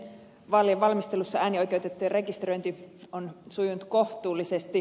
vaalien valmistelussa äänioikeutettujen rekisteröinti on sujunut kohtuullisesti